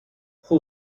who